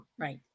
right